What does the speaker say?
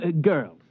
Girls